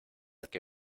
que